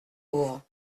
ouvre